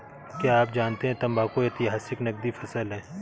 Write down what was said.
क्या आप जानते है तंबाकू ऐतिहासिक नकदी फसल है